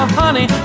honey